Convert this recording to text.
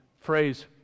phrase